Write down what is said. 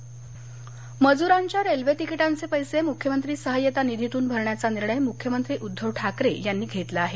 मुख्यमंत्री मजुरांच्या रेल्वे तिकिटांचे पैसे मुख्यमंत्री सहायता निधीतून भरण्याचा निर्णय मुख्यमंत्री उद्धव ठाकरे यांनी घेतला आहे